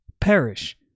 perish